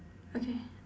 okay